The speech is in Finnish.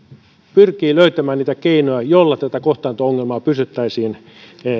pyrkii löytämään niitä keinoja joilla tätä kohtaanto ongelmaa pystyttäisiin